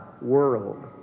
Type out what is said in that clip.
world